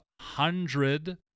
hundred